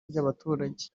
by’abaturage